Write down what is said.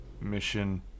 mission